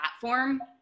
platform